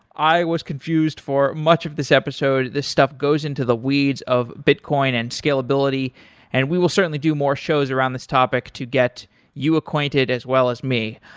i was confused for much of this episode. this stuff goes into the weeds of bitcoin and scalability and we will certainly do more shows around this topic to get you acquainted as well as me.